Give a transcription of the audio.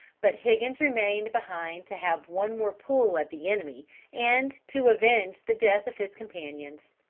but higgins remained behind to have one more pull at the enemy and to avenge the death of his companions.